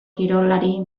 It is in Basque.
kirolari